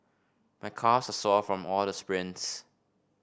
my calves are sore from all the sprints